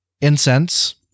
incense